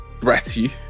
bratty